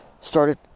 started